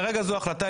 כרגע זו ההחלטה,